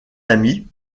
ami